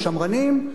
השמרנים,